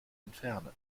entfernen